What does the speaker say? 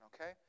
okay